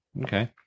Okay